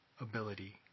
ability